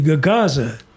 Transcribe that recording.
Gaza